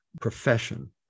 profession